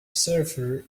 surfer